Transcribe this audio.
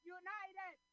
united